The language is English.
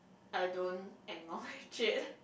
I don't acknowledge it